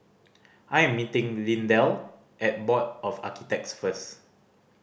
I am meeting Lindell at Board of Architects first